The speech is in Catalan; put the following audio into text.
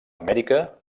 amèrica